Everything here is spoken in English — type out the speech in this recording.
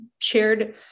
shared